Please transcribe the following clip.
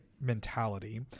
mentality